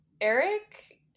Eric